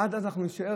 עד אז אנחנו נישאר,